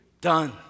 done